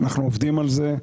אנחנו עובדים על זה,